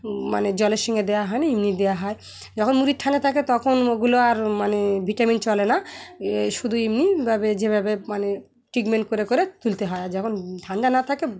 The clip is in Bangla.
মানে জলের সঙ্গে দেওয়া হয় না এমনি দেওয়া হয় যখন মুরগি ঠান্ডা থাকে তখন ওগুলো আর মানে ভিটামিন চলে না শুধু এমনিভাবে যেভাবে মানে ট্রিটমেন্ট করে করে তুলতে হয় আর যখন ঠান্ডা না থাকে